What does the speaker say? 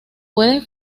puede